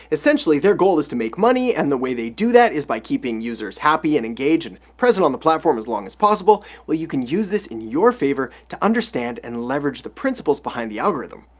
essentially their goal is to make money and the way they do that is by keeping users happy and engage and present on the platform as long as possible well you can use this in your favor to understand and leverage the principles behind the algorithm.